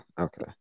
okay